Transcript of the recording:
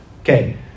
Okay